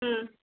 হুম